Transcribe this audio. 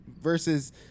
versus